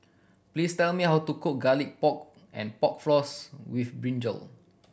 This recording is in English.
please tell me how to cook Garlic Pork and Pork Floss with brinjal